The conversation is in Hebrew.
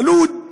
בלוד,